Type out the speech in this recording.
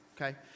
Okay